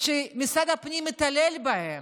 שמשרד הפנים מתעלל בהם.